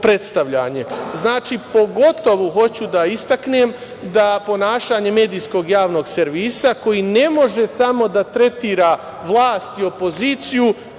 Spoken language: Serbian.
Znači, pogotovo hoću da istaknem ponašanja Medijskog javnog servisa, koji ne može samo da tretira vlast i opoziciju